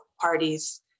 parties